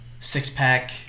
six-pack